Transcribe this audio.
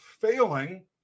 failing